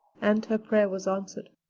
and her prayer was answered.